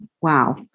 wow